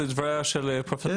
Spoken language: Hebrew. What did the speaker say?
להתייחס.